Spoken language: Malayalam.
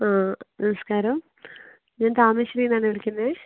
ആ നമസ്കാരം ഞാൻ താമരശേരീന്നാണെ വിളിക്കുന്നത്